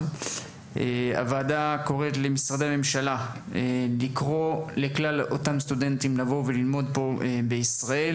הוועדה קוראת למשרדי הממשלה לקרוא לכלל אותם הסטודנטים ללמוד בישראל,